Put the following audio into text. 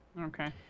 Okay